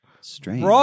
Strange